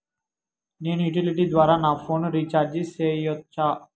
నేను యుటిలిటీ ద్వారా నా ఫోను రీచార్జి సేయొచ్చా?